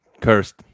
Cursed